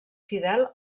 fidel